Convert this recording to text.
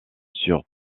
sur